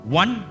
one